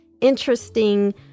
interesting